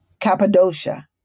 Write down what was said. Cappadocia